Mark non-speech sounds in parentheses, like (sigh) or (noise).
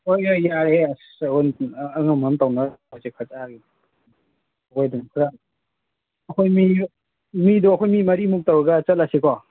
ꯍꯣꯏ ꯌꯥꯏ ꯌꯥꯔꯦ ꯌꯥꯔꯦ ꯑꯁ ꯑꯉꯝ ꯑꯉꯝꯕ ꯇꯧꯅꯔ ꯂꯣꯏꯔꯦꯁꯦ ꯈꯣꯔꯁꯥꯒꯤꯕꯨ (unintelligible) ꯑꯩꯈꯣꯏ ꯃꯤ ꯃꯤꯗꯣ ꯑꯩꯈꯣꯏ ꯃꯤ ꯃꯔꯤꯃꯨꯛ ꯇꯧꯔꯒ ꯆꯠꯂꯁꯤ ꯀꯣ